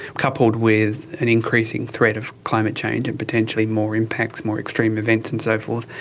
coupled with an increasing threat of climate change and potentially more impacts, more extreme events and so forth,